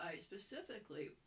specifically